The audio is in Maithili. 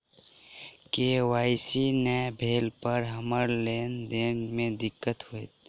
के.वाई.सी नै भेला पर हमरा लेन देन मे दिक्कत होइत?